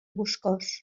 boscós